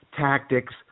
tactics